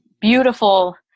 beautiful